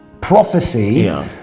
prophecy